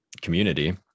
community